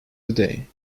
today